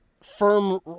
firm